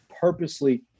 purposely